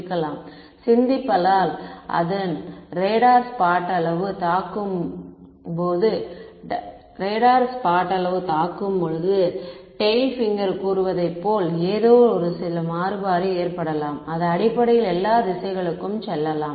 இருக்கலாம் சிந்திப்பதால் அதன் ரேடார் ஸ்பாட் அளவு தாக்கும்போது டைல் பிங்கர் கூறுவதை போல் ஏதோ சில மாறுபாடு ஏற்படலாம் அது அடிப்படையில் எல்லா திசைகளுக்கும் செல்லலாம்